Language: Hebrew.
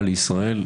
לו.